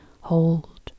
hold